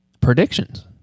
Predictions